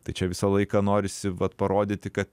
tai čia visą laiką norisi vat parodyti kad